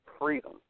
freedom